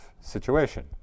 situation